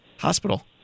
hospital